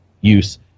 use